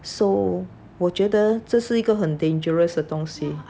so 我觉得这是一个 dangerous 的东西